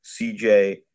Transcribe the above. CJ